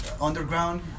underground